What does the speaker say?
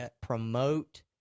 promote